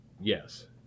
yes